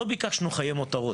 לא ביקשנו חיי מותרות,